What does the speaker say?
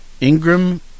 Ingram